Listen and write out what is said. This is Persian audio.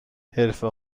حرفه